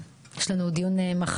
יש לנו עוד דיון מחר.